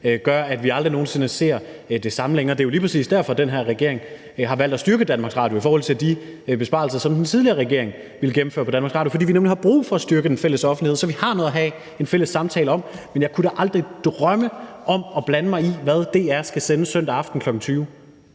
gør, at vi aldrig nogen sinde ser det samme længere. Det er lige præcis derfor, at den her regering har valgt at styrke Danmarks Radio i forhold til de besparelser, som den tidligere regering ville gennemføre på Danmarks Radio. Vi har nemlig brug for at styrke den fælles offentlighed, så vi har noget at have en fælles samtale om. Men jeg kunne da aldrig drømme om at blande mig i, hvad DR skal sende søndag aften kl. 20.00